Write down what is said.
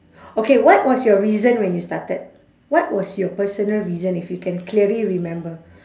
okay what was your reason when you started what was your personal reason if you can clearly remember